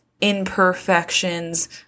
imperfections